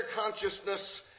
consciousness